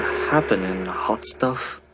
happenin', hot stuff?